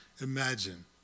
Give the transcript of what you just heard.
imagine